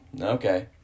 okay